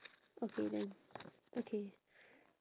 okay then okay